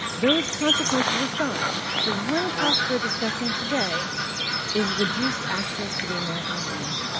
those consequences aside, the one cost we're discussing today is reduced access to the american dream.